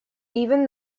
even